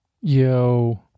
Yo